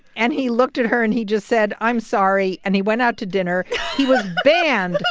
and he looked at her. and he just said, i'm sorry. and he went out to dinner he was banned.